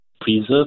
preserve